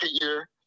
year